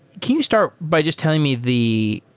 can you start by just telling me the